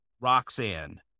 Roxanne